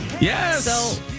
Yes